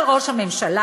אבל ראש הממשלה,